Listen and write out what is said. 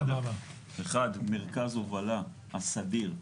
אחד, מרכז הובלה הסדיר,